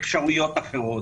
אפשרויות אחרות.